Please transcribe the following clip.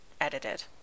edited